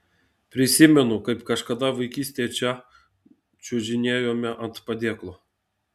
prisimenu kaip kažkada vaikystėje čia čiuožinėjome ant padėklo